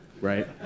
right